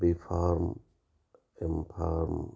B farm M farm